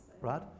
Right